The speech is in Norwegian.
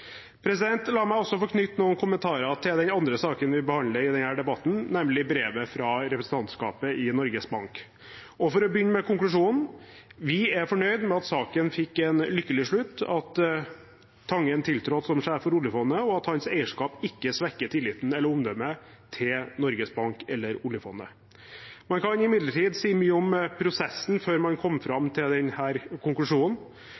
La meg også få knytte noen kommentarer til den andre saken vi behandler i denne debatten, nemlig brevet fra representantskapet i Norges Bank. For å begynne med konklusjonen: Vi er fornøyd med at saken fikk en lykkelig slutt, at Tangen tiltrådte som sjef for oljefondet, og at hans eierskap ikke svekker tilliten til eller omdømmet til Norges Bank eller oljefondet. Man kan imidlertid si mye om prosessen før man kom fram til denne konklusjonen.